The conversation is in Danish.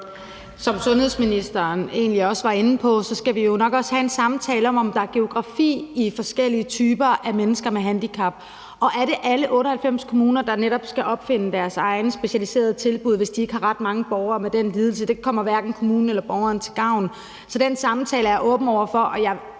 Som sundhedsministeren egentlig også var inde på, skal vi nok også have en samtale om geografi og forskellige typer af mennesker med handicap, og om det er alle 98 kommuner, der netop skal opfinde deres egne specialiserede tilbud, hvis de ikke har ret mange borgere med den lidelse. Det kommer hverken kommunen eller borgeren til gavn. Så den samtale er jeg åben over for. Og jeg